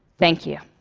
thank you.